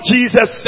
Jesus